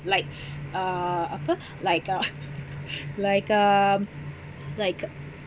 like a apa like a like a like a